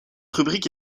rubrique